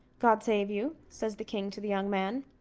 god save you, says the king to the young man.